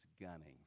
gunning